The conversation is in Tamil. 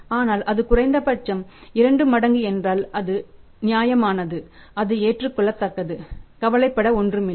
ஆனால் அது குறைந்தபட்சம் 2 மடங்கு என்றால் அது நியாயமானது அது ஏற்றுக்கொள்ளத்தக்கது கவலைப்பட ஒன்றுமில்லை